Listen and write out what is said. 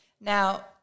Now